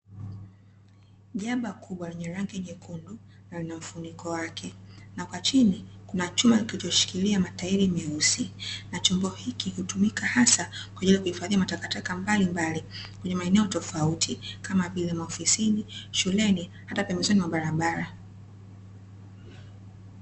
Jaba kubwa lenye rangi nyekundu na lina mfuniko wake na kwa chini kuna chuma kilichoshikilia matairi meusi. Na chombo hiki hutumika hasa kwa kuhifadhia matakataka mbalimbali kwenye maeneo tofauti, kama vile, maofisini, shuleni, hata pembeni mwa barabara.